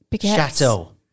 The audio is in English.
Chateau